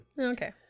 Okay